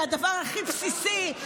שהיא הדבר הכי בסיסי,